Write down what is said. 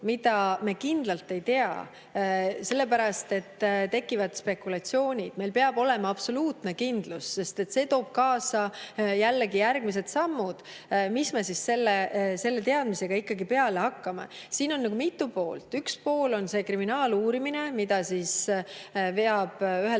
mida me kindlalt ei tea, sellepärast et siis tekivad spekulatsioonid. Meil peab olema absoluutne kindlus, sest see toob kaasa jällegi järgmised sammud, mis me siis selle teadmisega ikkagi peale hakkame. Siin on mitu poolt. Üks pool on see kriminaaluurimine, mida veavad ühelt